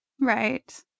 Right